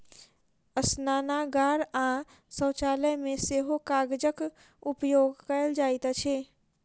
स्नानागार आ शौचालय मे सेहो कागजक उपयोग कयल जाइत अछि